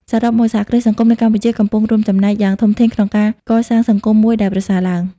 សរុបមក សហគ្រាសសង្គមនៅកម្ពុជា កំពុងរួមចំណែកយ៉ាងធំធេងក្នុងការកសាងសង្គមមួយដែលប្រសើរឡើង។